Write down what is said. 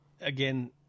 again